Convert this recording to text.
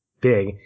big